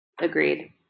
Agreed